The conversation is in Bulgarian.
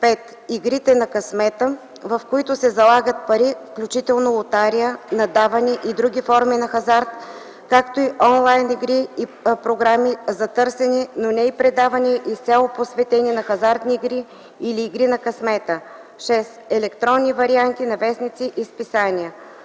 5. игрите на късмета, в които се залагат пари, включително лотария, наддаване и други форми на хазарт, както и онлайн игри и програми за търсене, но не и предавания, изцяло посветени на хазартни игри или игри на късмета; 6. електронни варианти на вестници и списания;